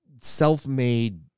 self-made